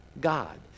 God